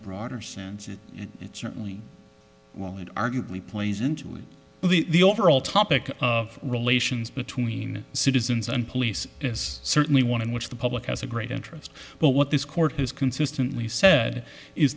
broader sense and it certainly will and arguably plays into the overall topic of relations between citizens and police is certainly one of which the public has a great interest but what this court has consistently said is